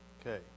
Okay